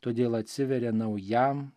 todėl atsiveria naujam